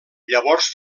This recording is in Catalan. llavors